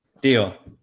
deal